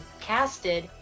casted